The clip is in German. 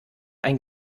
ein